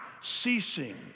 ceasing